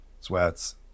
Sweats